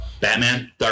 Batman